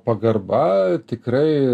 pagarba tikrai